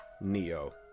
neo